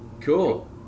cool